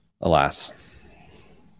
Alas